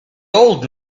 old